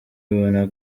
ibona